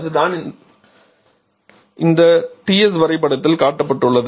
அதுதான் இந்தTs வரைபடத்தில்காட்டப்பட்டுள்ளது